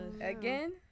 Again